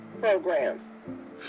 program